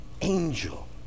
angel